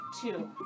two